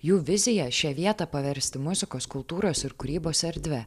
jų vizija šią vietą paversti muzikos kultūros ir kūrybos erdve